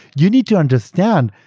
you need to understand,